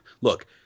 look